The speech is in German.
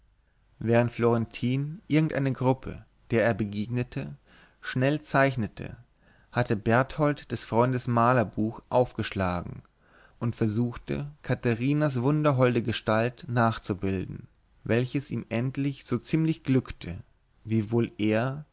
während florentin irgend eine gruppe der er begegnete schnell zeichnete hatte berthold des freundes malerbuch aufgeschlagen und versuchte katharinas wunderholde gestalt nachzubilden welches ihm endlich so ziemlich glückte wiewohl er